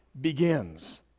begins